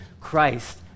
Christ